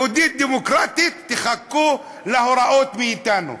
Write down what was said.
יהודית דמוקרטית, תחכו להוראות מאתנו.